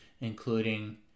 including